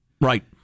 Right